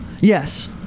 Yes